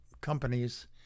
companies